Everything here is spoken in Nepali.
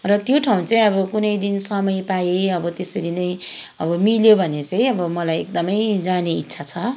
र त्यो ठाउँ चाहिँ अब कुनै दिन समय पाएँ अब त्यसरी नै अब मिल्यो भने चाहिँ अब मलाई एकदमै जाने इच्छा छ